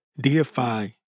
deify